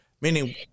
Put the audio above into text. Meaning